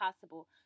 possible